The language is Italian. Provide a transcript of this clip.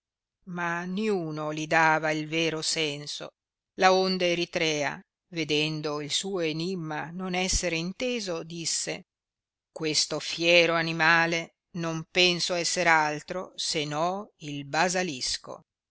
ma niuno li dava il vero senso laonde eritrea vedendo il suo enimma non esser inteso disse questo fiero animale non penso esser altro se no il basalisco